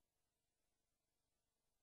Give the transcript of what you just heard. היא עברה לשם כי היא רוצה לחיות בקהילה,